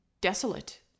desolate